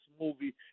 movie